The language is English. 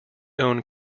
owned